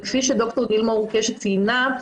וכפי שד"ר גילמור קשת ציינה,